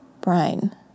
brain